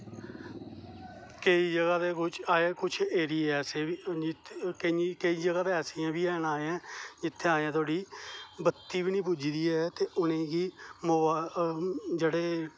केंई जगह ते कुछ एरिये ऐसे बी हैन जित्थै केंइयें जगह ते ऐसियां बी हैन जित्थै अजें धोड़ी बत्ती बी नेईं पुज्जी दी ऐ ते उनेंगी जेहडे़